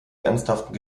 ernsthaften